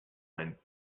went